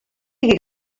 sigui